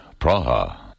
Praha